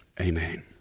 amen